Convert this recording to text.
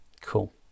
cool